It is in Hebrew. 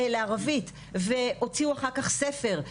לערבית והוציאו אחר כך ספר,